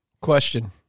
Question